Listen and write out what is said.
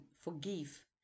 forgive